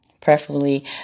Preferably